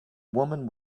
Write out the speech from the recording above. woman